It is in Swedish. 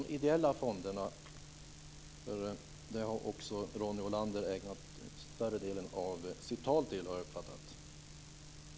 Tack för ordet!